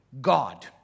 God